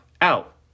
out